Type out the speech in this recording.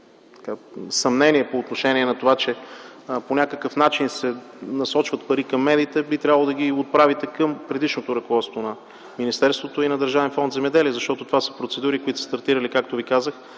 съмнения по отношение на това, че по някакъв начин се насочват пари към медиите, би трябвало да ги отправите към предишното ръководство на министерството и на Държавен фонд „Земеделие”, защото това са процедури, които са стартирали през